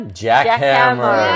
jackhammer